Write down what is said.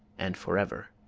and forever.